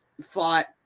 fought